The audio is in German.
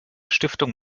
stiftung